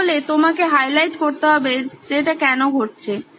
সুতরাং তোমাকে হাইলাইট করতে হবে কেনো এটা ঘটছে